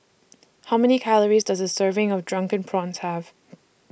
How Many Calories Does A Serving of Drunken Prawns Have